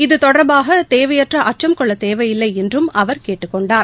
இது தொடர்பாகதேவையற்றஅச்சம் கொள்ளதேவையில்லைஎன்றும் அவர் கேட்டுக் கொண்டார்